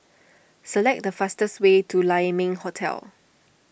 select the fastest way to Lai Ming Hotel